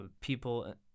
people